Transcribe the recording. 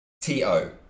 T-O